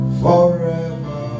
forever